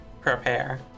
prepare